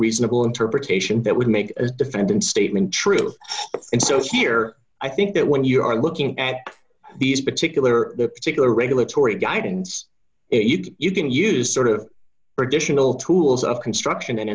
reasonable interpretation that would make a defendant statement true and so here i think that when you are looking at these particular particular regulatory guidance you can use sort of additional tools of construction and